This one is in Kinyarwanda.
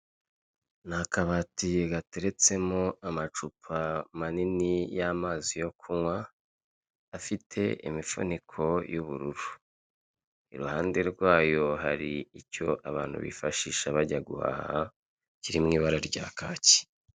Ni akabati gateretsemo amacupa manini y'amazi yo kunywa, afite imifuniko y'ubururu. Iruhande rwayo hari icyo abantu bifashisha bajya guhaha, kiri mu ibara rya kaki.